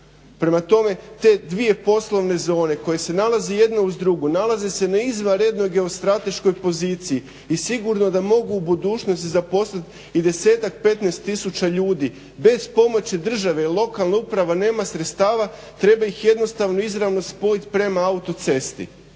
Prema tome te dvije poslovne zone koje se nalaze jedna uz drugu, nalaze se na izvanrednoj geostrateškoj poziciji i sigurno da mogu u budućnosti zaposliti i desetak, 15 tisuća ljudi. Bez pomoći države i lokalne uprava nema sredstava treba ih jednostavno izravno spojiti prema autocesti.